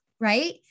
Right